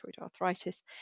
arthritis